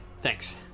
Thanks